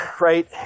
right